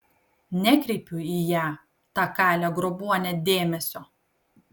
nekreipiu į ją tą kalę grobuonę dėmesio